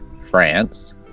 France